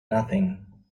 nothing